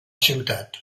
ciutat